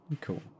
Cool